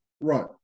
right